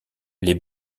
les